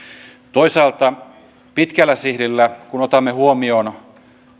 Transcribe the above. toisaalta pitkällä sihdillä kun otamme huomioon